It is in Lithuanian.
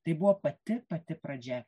tai buvo pati pati pradžia